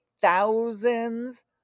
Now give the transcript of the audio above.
thousands